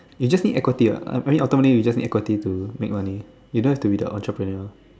you just need equity [what] I find it ultimately you just need equity to make money you don't have to be the entrepreneur